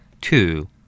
Two